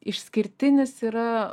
išskirtinis yra